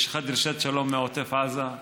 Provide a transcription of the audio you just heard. יש לך דרישת שלום מעוטף עזה,